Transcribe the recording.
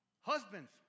husbands